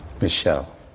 Michelle